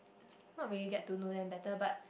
not really get to know them better but